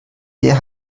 der